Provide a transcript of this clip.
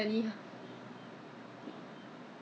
Rui En 买 ha then after that 我也是没有用到